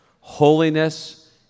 holiness